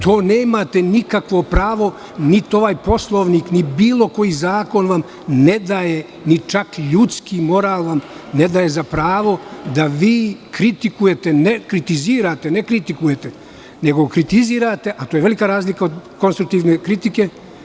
To nemate nikakvo pravo, niti ovaj Poslovnik, niti bilo koji zakon vam ne daje, ni čak ljudski, moralan, za pravo da vi kritikujete, ne kritizirate, ne kritikujete, nego kritizirate, a to je velika razlika od konstruktivne kritike.